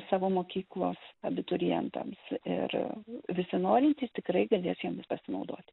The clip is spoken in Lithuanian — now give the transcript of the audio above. savo mokyklos abiturientams ir visi norintys tikrai galės jomis pasinaudoti